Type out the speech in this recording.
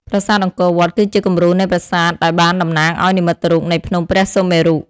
ប្រាសាទអង្គរវត្តគឺជាគំរូនៃប្រាសាទដែលបានតំណាងឲ្យនិមិត្តរូបនៃភ្នំព្រះសុមេរុ។